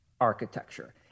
architecture